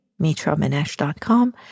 MitraManesh.com